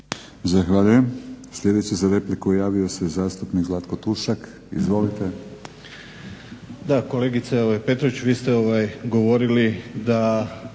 Zahvaljujem. Sljedeći za repliku javio se zastupnik Zlatko Tušak, izvolite.